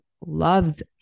loves